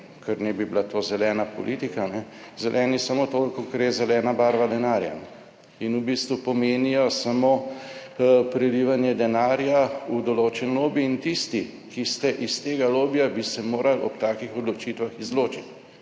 ker naj bi bila to zelena politika, zeleni samo toliko kolikor je zelena barva denarja. In v bistvu pomenijo samo prelivanje denarja v določen lobi. In tisti, ki ste iz tega lobija, bi se morali ob takih odločitvah izločiti,